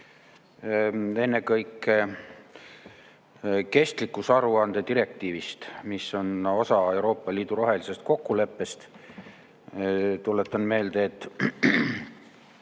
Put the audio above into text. ennekõike kestlikkusaruandluse direktiivist, mis on osa Euroopa Liidu rohelisest kokkuleppest. Tuletan meelde, et